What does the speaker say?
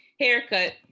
haircut